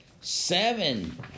seven